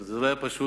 זה לא היה פשוט,